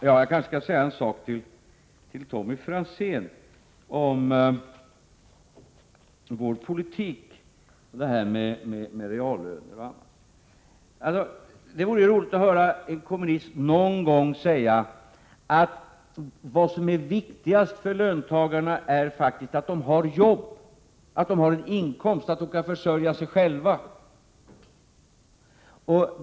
Jag kanske skall säga en sak till Tommy Franzén om vår politik och detta med reallöner. Det vore roligt att höra en kommunist någon gång säga att vad som är viktigast för löntagarna faktiskt är att de har jobb, att de har en inkomst, att de kan försörja sig själva.